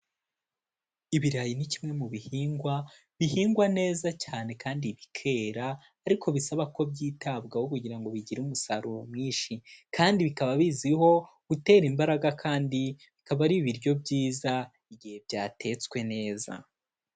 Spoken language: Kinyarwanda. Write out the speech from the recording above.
Ibirayi ni kimwe mu bihingwa; bihingwa neza cyane kandi bikera, ariko bisaba ko byitabwaho kugira ngo bigire umusaruro mwinshi, kandi bikaba bizwiho gutera imbaraga, kandi bikaba ari ibiryo byiza igihe byatetswe neza.